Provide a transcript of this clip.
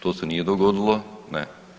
To se nije dogodilo, ne.